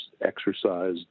exercise